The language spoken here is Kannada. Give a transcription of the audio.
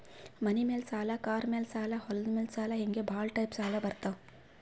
ಮನಿ ಮ್ಯಾಲ ಸಾಲ, ಕಾರ್ ಮ್ಯಾಲ ಸಾಲ, ಹೊಲದ ಮ್ಯಾಲ ಸಾಲ ಹಿಂಗೆ ಭಾಳ ಟೈಪ್ ಸಾಲ ಬರ್ತಾವ್